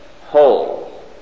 whole